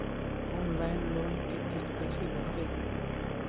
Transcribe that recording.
Online loan के किस्त कैसे भरे?